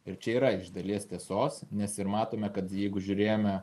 ir čia yra iš dalies tiesos nes ir matome kad jeigu žiūrėjome